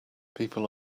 people